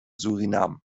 suriname